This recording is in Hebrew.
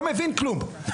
לא מבין כלום.